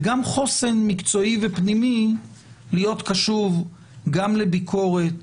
וגם חוסן מקצועי ופנימי להיות קשוב גם לביקורת,